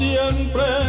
Siempre